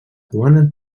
duana